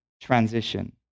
transition